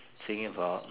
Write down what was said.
think about